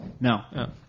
No